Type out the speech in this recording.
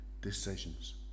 decisions